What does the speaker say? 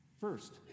First